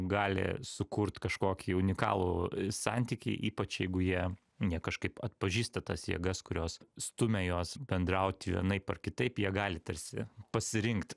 gali sukurt kažkokį unikalų santykį ypač jeigu jie ne kažkaip atpažįsta tas jėgas kurios stumia juos bendraut vienaip ar kitaip jie gali tarsi pasirinkt